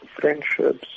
friendships